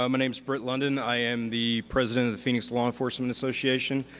um name is britt london, i am the president of the phoenix law enforcement association.